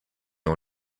ont